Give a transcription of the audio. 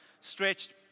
stretched